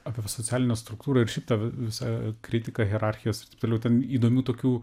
apie socialinę struktūrą ir šiaip tą visą kritiką hierarchijos ir taip toliau ten įdomių tokių